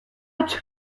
het